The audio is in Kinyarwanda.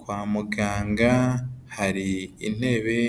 Kwa muganga hari intebe